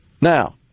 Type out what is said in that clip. Now